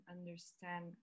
understand